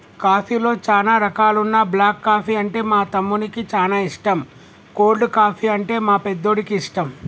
కాఫీలో చానా రకాలున్న బ్లాక్ కాఫీ అంటే మా తమ్మునికి చానా ఇష్టం, కోల్డ్ కాఫీ, అంటే మా పెద్దోడికి ఇష్టం